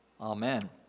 amen